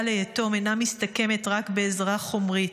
ליתום אינה מסתכמת רק בעזרה חומרית,